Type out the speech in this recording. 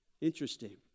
Interesting